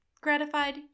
gratified